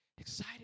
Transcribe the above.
excited